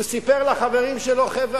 הוא סיפר לחברים שלו: חבר'ה,